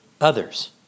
others